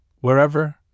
Wherever